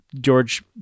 George